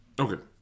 okay